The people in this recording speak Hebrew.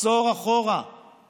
אני